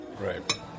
right